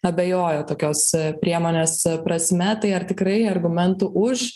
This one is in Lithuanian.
abejoja tokios priemonės prasme tai ar tikrai argumentų už